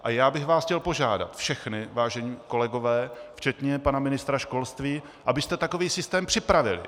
A já bych vás chtěl požádat všechny, vážení kolegové, včetně pana ministra školství, abyste takový systém připravili.